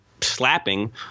slapping